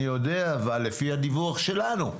אני רק יודע אבל לפי הדיווח שלנו,